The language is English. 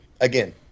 again